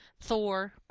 thor